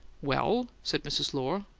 well, said mrs. lohr,